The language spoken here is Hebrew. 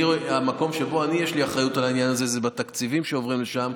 המקום שבו יש לי אחריות על העניין הזה הוא בתקציבים שעוברים לשם,